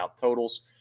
totals